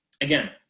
Again